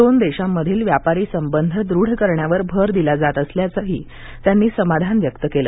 दोन देशांमधील व्यापारी संबंध दृढ करण्यावर भर दिला जात असल्याबद्दलही त्यांनी समाधान व्यक्त केलं